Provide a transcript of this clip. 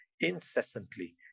incessantly